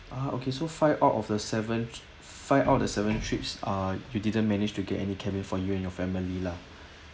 ah okay so five out of the seven five out of seven trips ah you didn't manage to get any cabin for you and your family lah